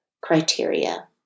criteria